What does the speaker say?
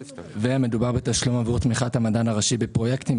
ומדובר בתשלום עבור תמיכת המדען הראשי בפרויקטים,